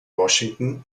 washington